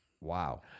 Wow